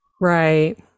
right